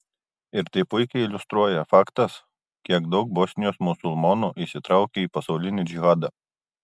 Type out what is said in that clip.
ir tai puikiai iliustruoja faktas kiek daug bosnijos musulmonų įsitraukė į pasaulinį džihadą